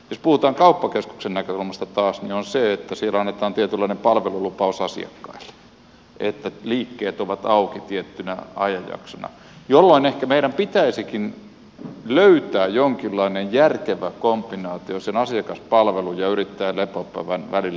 jos puhutaan kauppakeskuksen näkökulmasta taas niin on se että siellä annetaan tietynlainen palvelulupaus asiakkaille että liikkeet ovat auki tiettynä ajanjaksona jolloin ehkä meidän pitäisikin löytää jonkinlainen järkevä kombinaatio sen asiakaspalvelun ja yrittäjän lepopäivän välillä